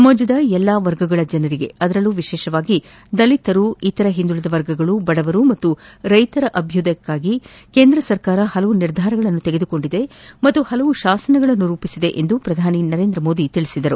ಸಮಾಜದ ಎಲ್ಲಾ ವರ್ಗಗಳ ಜನರಿಗೆ ಅದರಲ್ಲೂ ವಿಶೇಷವಾಗಿ ದಲಿತರು ಇತರೆ ಹಿಂದುಳದ ವರ್ಗಗಳು ಬಡವರು ಮತ್ತು ರೈತರ ಅಭ್ಯುದಯಕ್ನಾಗಿ ಕೇಂದ್ರ ಸರ್ಕಾರ ಹಲವಾರು ನಿರ್ಧಾರಗಳು ತೆಗೆದುಕೊಂಡಿದೆ ಮತ್ತು ಹಲವು ಶಾಸನಗಳನ್ನು ರೂಪಿಸಿದೆ ಎಂದು ಪ್ರಧಾನಿ ನರೇಂದ್ರ ಮೋದಿ ತಿಳಿಸಿದ್ದಾರೆ